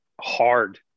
hard